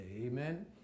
amen